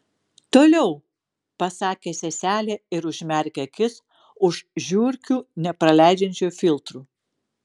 toliau pasakė seselė ir užmerkė akis už žiurkių nepraleidžiančių filtrų